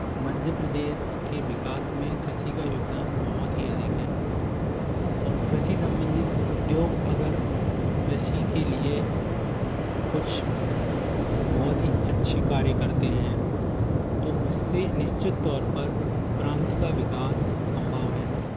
मध्य प्रदेश के विकास में कृषि का योगदान बहुत ही अधिक है और कृषि सम्बंधित उद्योग अगर कृषि के लिए कुछ बहुत ही अच्छे कार्य करते हैं तो उस से निश्चित तौर पर प्रान्त का विकास सम्भव है